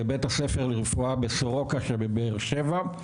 לבית הספר לרפואה ב"סורוקה" שבבאר שבע,